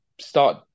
start